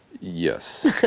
Yes